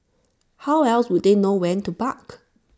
how else would they know when to bark